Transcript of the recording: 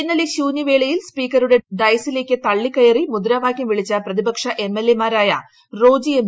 ഇന്നലെ ശൂന്യവേളയിൽ സ്പീക്കറുടെ ഡയസിലേക്ക് തള്ളിക്കയറി മുദ്രാവാകൃം വിളിച്ച പ്രതിപിക്ഷ എംഎൽഎമാരായ റോജി എം